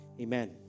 Amen